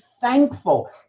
thankful